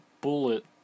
bullet